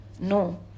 No